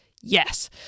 yes